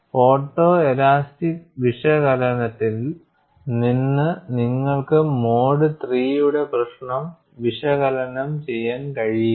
photoelastic വിശകലനത്തിൽ നിന്ന് നിങ്ങൾക്ക് മോഡ് III യുടെ പ്രശ്നം വിശകലനം ചെയ്യാൻ കഴിയില്ല